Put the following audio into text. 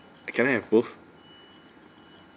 can I have both